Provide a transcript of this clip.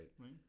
right